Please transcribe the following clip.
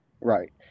Right